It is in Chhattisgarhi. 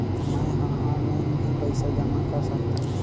मैं ह ऑनलाइन भी पइसा जमा कर सकथौं?